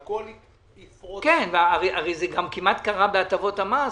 הרי זה כמעט קרה בהטבות המס,